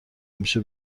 همیشه